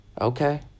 okay